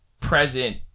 present